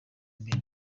mbere